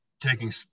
taking